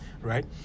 Right